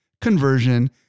conversion